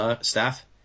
staff